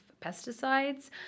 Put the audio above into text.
pesticides